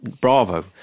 Bravo